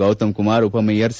ಗೌತಮ್ ಕುಮಾರ್ ಉಪಮೇಯರ್ ಸಿ